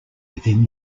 within